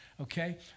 Okay